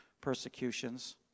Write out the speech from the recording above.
persecutions